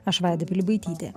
aš vaida pilibaitytė